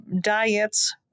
diets